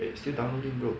wait still downloading bro